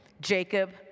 Jacob